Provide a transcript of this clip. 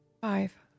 Five